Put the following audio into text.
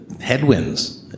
headwinds